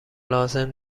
لازم